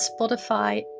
Spotify